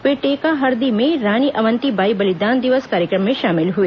वे टेकाहरदी में रानी अवंति बाई बलिदान दिवस कार्यक्रम में शामिल हुए